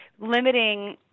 limiting